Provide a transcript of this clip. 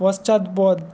পশ্চাৎপদ